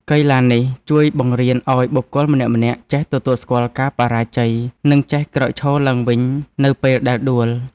កីឡានេះជួយបង្រៀនឱ្យបុគ្គលម្នាក់ៗចេះទទួលស្គាល់ការបរាជ័យ និងចេះក្រោកឈរឡើងវិញនៅពេលដែលដួល។